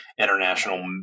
international